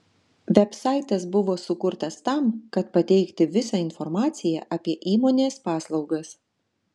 vebsaitas buvo sukurtas tam kad pateikti visą informaciją apie įmonės paslaugas